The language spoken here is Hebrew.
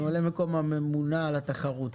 ממלאת מקום הממונה על התחרות.